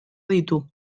ditu